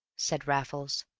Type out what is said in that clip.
said raffles.